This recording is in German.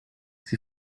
sie